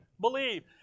Believe